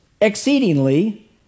exceedingly